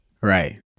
Right